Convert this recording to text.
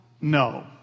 No